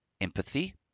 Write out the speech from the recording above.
empathy